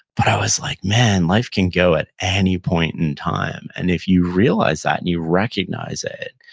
but it was like, man, life can go at any point in time, and if you realize that and you recognize it,